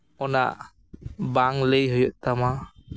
ᱚᱱᱟ ᱵᱟᱝ ᱞᱟᱹᱭ ᱦᱩᱭᱩᱜ ᱛᱟᱢᱟ